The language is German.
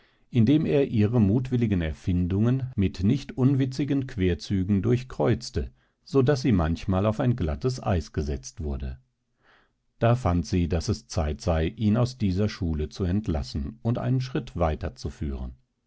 indem er ihre mutwilligen erfindungen mit nicht unwitzigen querzügen durchkreuzte so daß sie manchmal auf ein glattes eis gesetzt wurde da fand sie daß es zeit sei ihn aus dieser schule zu entlassen und einen schritt weiter